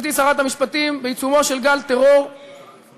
גברתי שרת המשפטים, בעיצומו של גל טרור קשה,